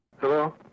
Hello